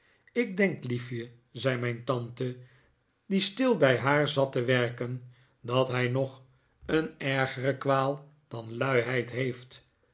ik denk liefje zei mijn tante die stil bij haar zet te werken dat hij nog een ergere kwaal dan luiheid heeft